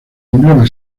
emblema